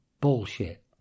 bullshit